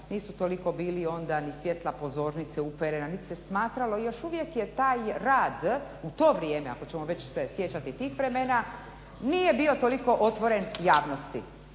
Nisu toliko bili onda ni svjetla pozornice uperena, nit se smatralo, još uvijek je taj rad u to vrijeme, ako ćemo već se sjećati tih vremena nije bio toliko otvoren javnosti.